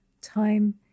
Time